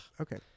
Okay